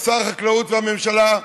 שר החקלאות והממשלה,